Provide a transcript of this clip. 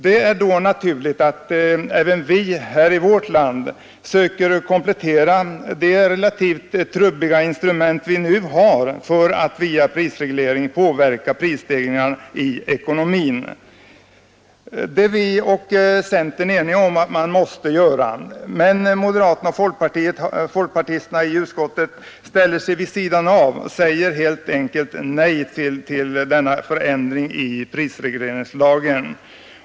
Det är då naturligt att även vi i vårt land söker komplettera det relativt trubbiga instrument som vi nu har för att via prisreglering påverka prisstegringarna. Centern och vi är eniga om att man måste göra det. Men moderaterna och folkpartisterna i utskottet ställer sig vid sidan om och säger helt enkelt nej till denna ändring i prisregleringslagen.